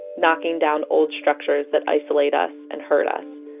knocking down old structures that isolate us and hurt us.